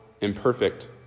imperfect